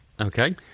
Okay